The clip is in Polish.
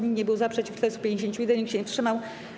Nikt nie był za, przeciw - 451, nikt się nie wstrzymał.